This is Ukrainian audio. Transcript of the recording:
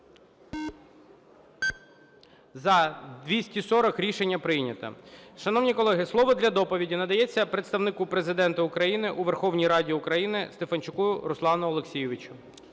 За-240 Рішення прийнято.